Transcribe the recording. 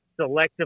selectively